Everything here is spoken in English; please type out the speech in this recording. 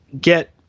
get